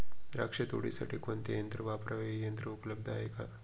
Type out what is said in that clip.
द्राक्ष तोडण्यासाठी कोणते यंत्र वापरावे? हे यंत्र उपलब्ध आहे का?